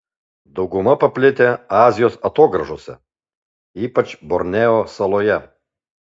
dauguma paplitę azijos atogrąžose ypač borneo saloje